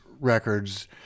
records